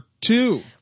two